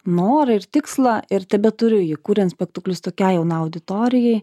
norą ir tikslą ir tebeturiu jį kuriant spektaklius tokiai jaunai auditorijai